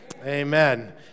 Amen